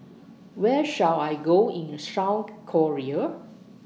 Where should I Go in Korea